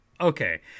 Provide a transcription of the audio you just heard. Okay